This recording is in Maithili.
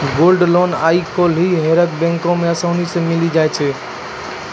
गोल्ड लोन आइ काल्हि हरेक बैको मे असानी से मिलि जाय छै